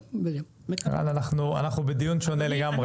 רן, אנחנו בדיון שונה לגמרי.